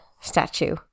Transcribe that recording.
statue